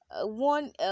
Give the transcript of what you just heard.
one